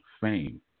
fame